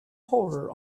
horror